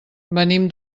venim